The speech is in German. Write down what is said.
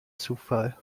zufall